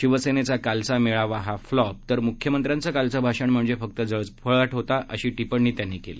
शिवसेनेचा कालचा मेळावा हा फ्लॉप आणि मुख्यमंत्र्यांचं कालचं भाषण म्हणजे फक्त जळफळाट होता अशी टिप्पणी त्यांनी केली